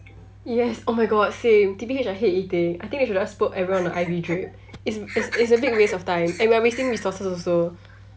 yes oh my god same T_B_H I hate eating I think we should just put everyone on an I_V drip it's it's it's a bit waste of time and we're wasting resources also